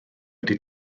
wedi